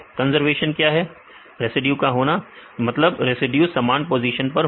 conservation क्या है विद्यार्थी रेसिड्यू का होना हां रेसिड्यू समान पोजीशन पर होना